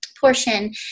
portion